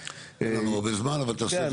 אין לנו הרבה זמן, אבל תעשו את זה.